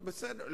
בסדר.